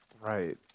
Right